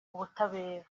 ubutabera